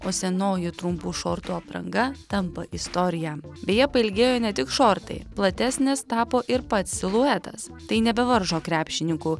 o senoji trumpų šortų apranga tampa istorija beje pailgėjo ne tik šortai platesnis tapo ir pats siluetas tai nebevaržo krepšininkų